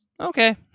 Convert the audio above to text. Okay